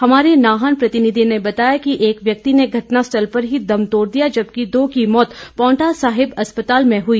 हमारे नाहन प्रतिनिधि ने बताया कि एक व्यक्ति ने घटनास्थल पर ही दम तोड़ दिया जबकि दो की मौत पावंटा साहिब अस्पताल में हुई